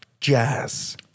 jazz